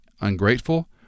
ungrateful